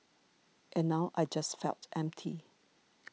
and now I just felt empty